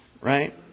right